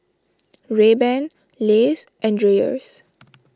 Rayban Lays and Dreyers